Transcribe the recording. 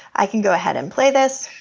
i can go ahead and play this.